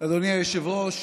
אדוני היושב-ראש,